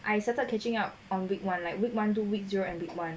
I started catching up on week one like week one do week zero and week one